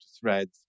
threads